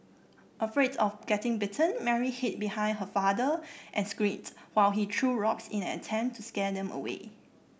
afraid of getting bitten Mary hid behind her father and screamed while he threw rocks in an attempt to scare them away